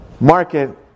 Market